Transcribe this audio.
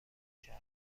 شهر